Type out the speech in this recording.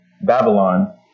Babylon